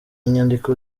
inyandiko